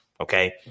okay